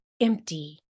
empty